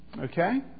Okay